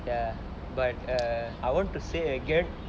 ya but err I want to say again